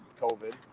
COVID